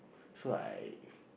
so I